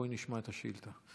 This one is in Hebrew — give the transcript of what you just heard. בואי נשמע את השאילתה.